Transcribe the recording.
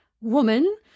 woman